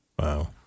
Wow